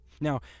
Now